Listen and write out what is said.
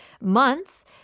months